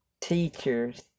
teachers